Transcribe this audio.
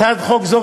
הצעת חוק זו,